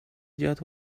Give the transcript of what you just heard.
جات